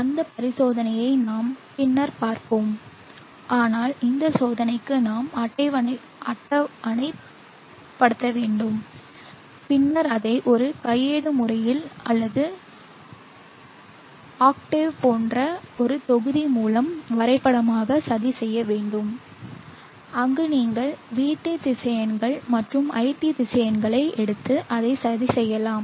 அந்த பரிசோதனையை நாம் பின்னர் பார்ப்போம் ஆனால் இந்த சோதனைக்கு நாம் அட்டவணைப்படுத்த வேண்டும் பின்னர் அதை ஒரு கையேடு முறையில் அல்லது ஆக்டேவ் போன்ற ஒரு தொகுப்பு மூலம் வரைபடமாக சதி செய்ய வேண்டும் அங்கு நீங்கள் VT திசையன்கள் மற்றும் iT திசையன்களை எடுத்து அதை சதி செய்யலாம்